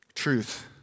truth